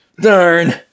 darn